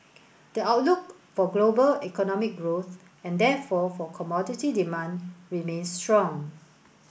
the outlook for global economic growth and therefore for commodity demand remains strong